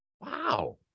Wow